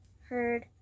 heard